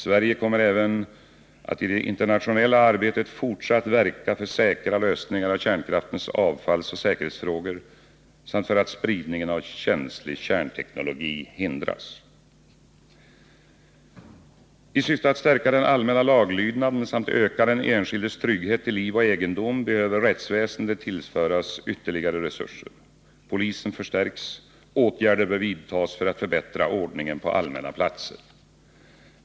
Sverige kommer även att i det internationella arbetet fortsatt verka för säkra lösningar av kärnkraftens avfallsoch säkerhetsfrågor samt för att spridningen av känslig kärnteknologi hindras. trygghet till liv och egendom behöver rättsväsendet tillföras ytterligare resurser. Polisen förstärks. Åtgärder bör vidtas för att förbättra ordningen på allmänna platser.